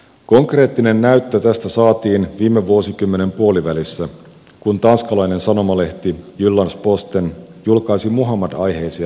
konkreettinen näyttö tästä saatiin viime vuosikymmenen puolivälissä kun tanskalainen sanomalehti jyllands posten julkaisi muhammad aiheisia pilakuvia